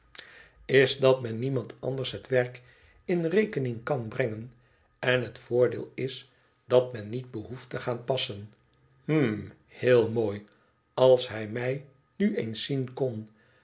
is dat men niemand anders het werk in rekening kan brengen en het voordeel is dat men niet behoeft te gaan passen hm heel mooi als hij mij nu eens zien kon